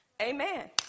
Amen